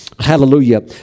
hallelujah